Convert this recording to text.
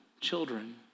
children